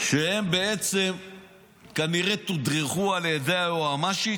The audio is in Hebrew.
-- שהם בעצם כנראה תודרכו על ידי היועמ"שית